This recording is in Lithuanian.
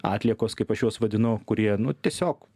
atliekos kaip aš juos vadinu kurie nu tiesiog